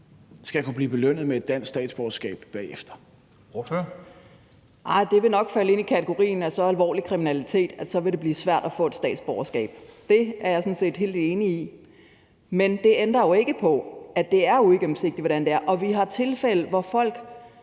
Ordføreren. Kl. 17:54 Eva Flyvholm (EL): Nej, det vil nok falde ind under kategorien af så alvorlig kriminalitet, at det så vil blive svært at få et statsborgerskab. Det er jeg sådan set helt enig i. Men det ændrer jo ikke på, at det er uigennemsigtigt, hvordan det er. Altså, vi havde en sag